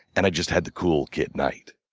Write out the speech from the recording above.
and i just had the cool kid night.